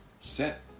set